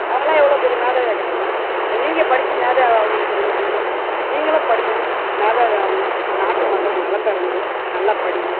அவங்களாம் எவ்வளோ பெரிய மேதாவியாக இருக்கிறாங்க இப்போ நீங்கள் படிச்சு மேதாவி ஆகனுன்றது உங்களுக்கு இல்லையா நீங்களும் படிக்கணும் மேதாவி ஆகணும் நாட்டு மக்களும் நலம் பெறும்படி நல்லாப் படிங்க